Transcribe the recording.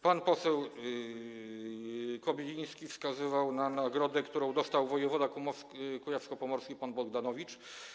Pan poseł Kobyliński wskazywał na nagrodę, którą dostał wojewoda kujawsko-pomorski pan Bogdanowicz.